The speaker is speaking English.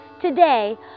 Today